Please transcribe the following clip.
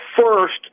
first